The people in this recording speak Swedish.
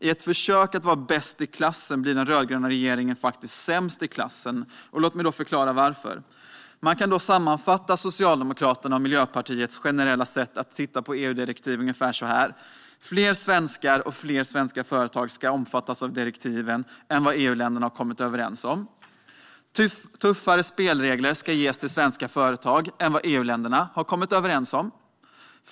I ett försök att vara bäst i klassen blir den rödgröna regeringen faktiskt sämst i klassen. Låt mig då förklara varför! Man kan sammanfatta Socialdemokraternas och Miljöpartiets generella sätt att se på EU-direktiv ungefär så här: Fler svenskar och fler svenska företag ska omfattas av direktiven än vad EU-länderna kommit överens om. Tuffare spelregler ska ges till svenska företag än vad EU-länderna har kommit överens om.